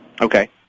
Okay